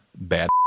bad